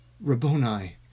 Rabboni